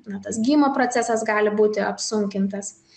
na tas gijimo procesas gali būti apsunkintas